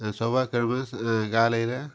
செவ்வாய் கிழமை சு காலையில்